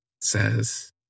says